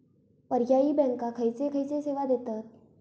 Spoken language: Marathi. पर्यायी बँका खयचे खयचे सेवा देतत?